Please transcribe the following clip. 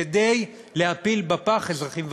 כדי להפיל בפח אזרחים ותיקים.